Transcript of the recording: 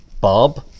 Bob